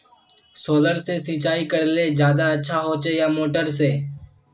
Solar से सिंचाई करले ज्यादा अच्छा होचे या मोटर से?